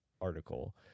article